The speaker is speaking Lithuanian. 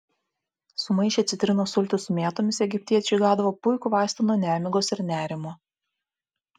sumaišę citrinos sultis su mėtomis egiptiečiai gaudavo puikų vaistą nuo nemigos ir nerimo